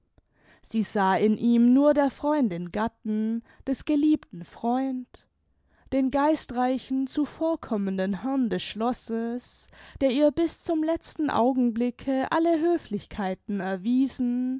sie sah in ihm nur der freundin gatten des geliebten freund den geistreichen zuvorkommenden herrn des schlosses der ihr bis zum letzten augenblicke alle höflichkeiten erwiesen